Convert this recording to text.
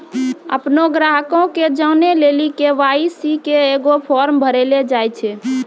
अपनो ग्राहको के जानै लेली के.वाई.सी के एगो फार्म भरैलो जाय छै